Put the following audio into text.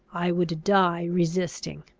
i would die resisting.